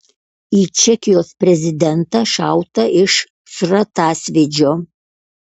į čekijos prezidentą šauta iš šratasvydžio